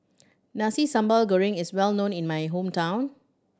Nasi Sambal Goreng is well known in my hometown